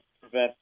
prevent